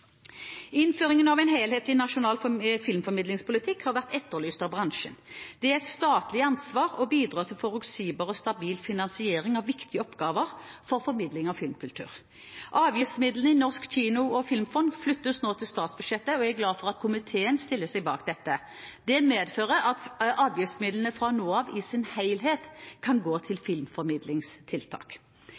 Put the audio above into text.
av en helhetlig nasjonal filmformidlingspolitikk har vært etterlyst av bransjen. Det er et statlig ansvar å bidra til forutsigbar og stabil finansiering av viktige oppgaver for formidling av filmkultur. Avgiftsmidlene i Norsk kino- og filmfond flyttes nå til statsbudsjettet, og jeg er glad for at komiteen stiller seg bak dette. Det medfører at avgiftsmidlene fra nå av i sin helhet kan gå til filmformidlingstiltak.